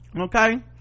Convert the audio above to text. Okay